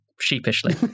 Sheepishly